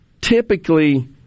Typically